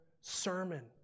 sermon